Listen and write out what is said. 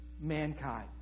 mankind